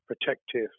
protective